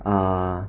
err